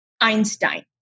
Einstein